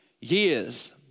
years